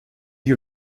die